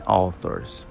authors